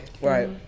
Right